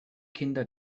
kinder